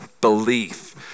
belief